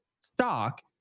stock